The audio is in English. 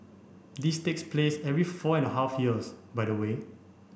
this takes place every four and a half years by the way